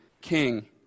king